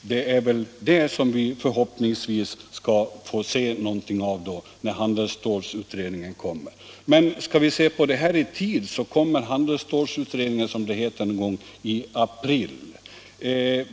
Det är det som vi förhoppningsvis skall få se någonting av när handelsstålutredningens betänkande kommer. Men skall vi se på detta i tid? Handelsstålutredningen kommer, som det heter, någon gång i april.